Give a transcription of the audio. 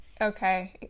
Okay